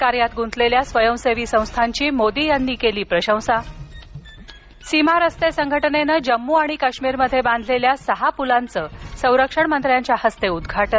कार्यात गुंतलेल्या स्वयंसेवी संस्थांची मोदी यांनी केली प्रशंसा सीमा रस्ते संघटनेने जम्मू आणि काश्मीरमध्ये बांधलेल्या सहा पुलांचं संरक्षण मंत्र्यांच्या हस्ते उद्घाटन